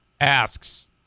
asks